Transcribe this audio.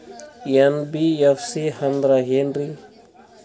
NBFC ಅಂದ್ರ ಏನ್ರೀ?